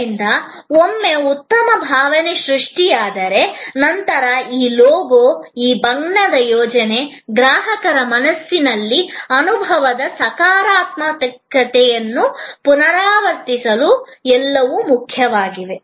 ಆದ್ದರಿಂದ ಒಮ್ಮೆ ಉತ್ತಮ ಭಾವನೆ ಸೃಷ್ಟಿಯಾದರೆ ನಂತರ ಈ ಲೋಗೊ ಈ ಬಣ್ಣದ ಯೋಜನೆ ಗ್ರಾಹಕರ ಮನಸ್ಸಿನಲ್ಲಿ ಅನುಭವದ ಸಕಾರಾತ್ಮಕತೆಯನ್ನು ಪುನರಾವರ್ತಿಸಲು ಎಲ್ಲವೂ ಮುಖ್ಯವಾಗಿದೆ